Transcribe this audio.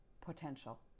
potential